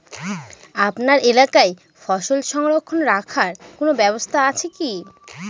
আপনার এলাকায় ফসল সংরক্ষণ রাখার কোন ব্যাবস্থা আছে কি?